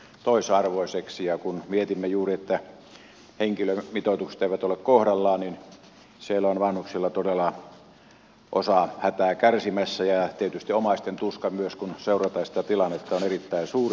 ja kun mietimme juuri että henkilömitoitukset eivät ole kohdallaan niin siellä on vanhuksista todella osa hätää kärsimässä ja tietysti omaisten tuska myös kun seurataan sitä tilannetta on erittäin suuri